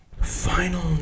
Final